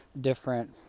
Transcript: different